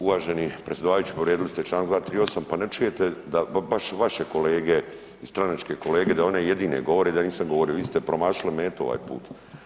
Uvaženi predsjedavajući povrijedili ste Članak 238. pa ne čujete da baš vaše kolege i stranačke kolege da one jedine govore da ja nisam govorio, vi ste promašili metu ovaj put.